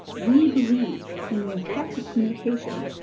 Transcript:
we believe in the effect of communication,